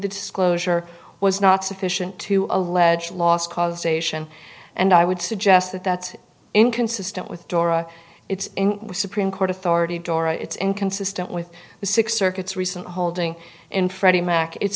disclosure was not sufficient to allege loss causation and i would suggest that that's inconsistent with dora it's in the supreme court authority dora it's inconsistent with the six circuits recent holding in